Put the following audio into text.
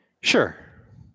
Sure